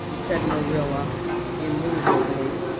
said marilla immovably.